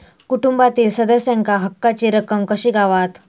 कुटुंबातील सदस्यांका हक्काची रक्कम कशी गावात?